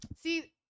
See